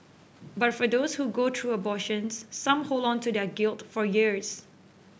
but for those who go through abortions some hold on to their guilt for years